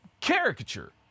caricature